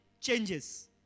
changes